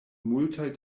multaj